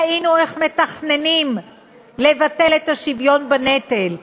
ראינו איך מתכננים לבטל את השוויון בנטל,